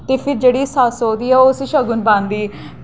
ते फ्ही जेह्ड़ी सस्स ओह्दी ओह् उसी शगन पांदी